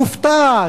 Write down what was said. מופתעת,